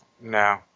No